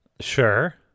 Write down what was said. sure